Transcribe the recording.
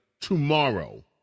tomorrow